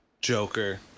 Joker